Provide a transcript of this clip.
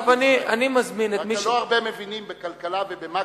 רק לא הרבה מבינים בכלכלה ובמקרו-כלכלה.